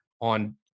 on